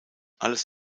alles